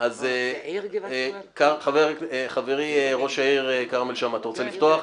אז חברי ראש העיר כרמל שאמה, אתה רוצה לפתוח?